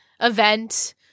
event